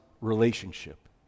relationship